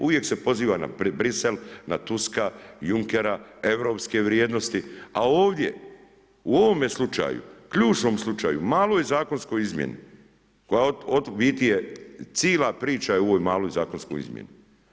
Uvije se poziva na Bruxelles, na Tuska, Junckera, europske vrijednosti a ovdje u ovom slučaju, ključnom slučaju, maloj zakonskoj izmjeni, u biti je cijela priča u ovoj maloj zakonskoj izmjeni.